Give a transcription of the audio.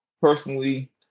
personally